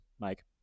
Mike